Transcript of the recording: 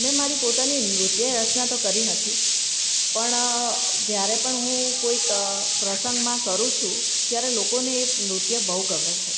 મેં મારી પોતાની નૃત્ય રચના તો કરી નથી પણ જ્યારે પણ હું કોઈક પ્રસંગમાં કરું છું ત્યારે લોકોને એ નૃત્ય બહુ ગમે છે